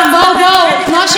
פעם אחר פעם,